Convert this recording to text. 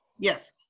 Yes